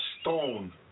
stone